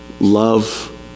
love